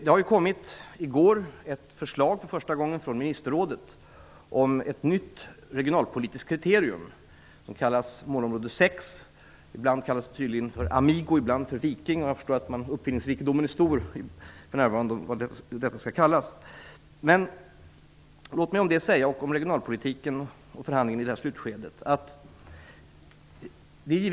Det har i går för första gången kommit ett förslag från ministerrådet om ett nytt regionalpolitiskt kriterium som kallas Målområde 6. Det kallas tydligen ibland för Amigo och ibland för Viking. Jag förstår att uppfinningsrikedomen för närvarande är stor när det gäller vad detta skall kallas. Jag vill om detta kriterium, regionalpolitiken och förhandlingarna i slutskedet säga följande.